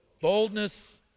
Boldness